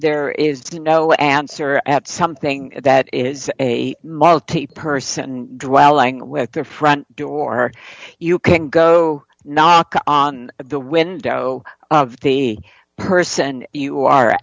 there is no answer at something that is a multi person with their front door you can go knock on the window of the person you are